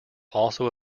also